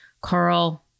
Carl